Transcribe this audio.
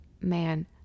man